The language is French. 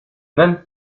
même